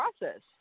process